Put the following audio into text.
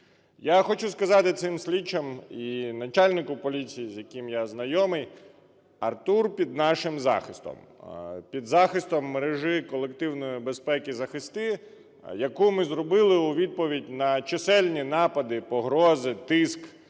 Я хочу сказати цим слідчим і начальнику поліції, з яким я знайомий: Артур під нашим захистом, під захистом мережі колективної безпеки "ЗахисТИ", яку ми зробили у відповідь на чисельні напади, погрози, тиск